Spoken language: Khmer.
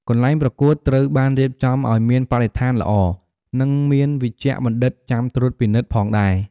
កន្លែងប្រកួតត្រូវបានរៀបចំឲ្យមានបរិស្ថានល្អ និងមានវេជ្ជបណ្ឌិតចាំត្រួតពិនិត្យផងដែរ។